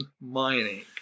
mining